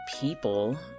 people